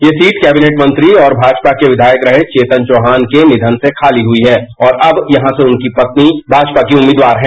यह seat cabinet मंत्री और भाजपा के विघायक रहे चेतन चौहान के निवन से खाली हुई है और अब यहां से उनकी पत्नी भाजपा की उम्मीदवार हैं